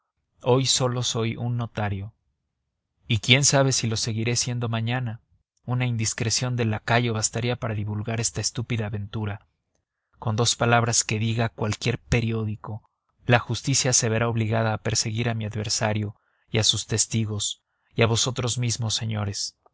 hoy sólo soy un notario y quién sabe si lo seguiré siendo mañana una indiscreción del lacayo bastaría para divulgar esta estúpida aventura con dos palabras que diga cualquier periódico la justicia se verá obligada a perseguir a mi adversario y a sus testigos y a vosotros mismos señores